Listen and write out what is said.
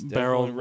barrel